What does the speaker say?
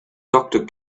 doctor